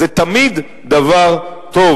זה תמיד דבר טוב,